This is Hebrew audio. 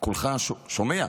כולך שומע?